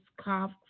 cough